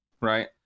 right